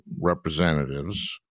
Representatives